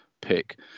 pick